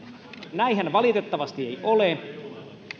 näinhän valitettavasti ei ole